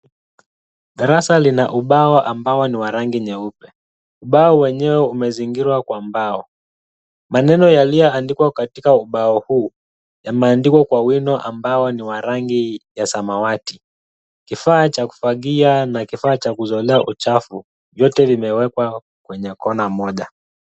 Darasa lina ubao ambao ni wa rangi nyeupe. Ubao wenyewe umezingirwa kwa mbao. Maneno yaliyoandikwa katika ubao huu, yameandikwa kwa wino ambao ni wa rangi ya samawati. Kifaa cha kufagia na kifaa cha kuzolea uchafu vyote vimewekwa kwenye kona moja.